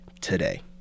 today